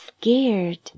scared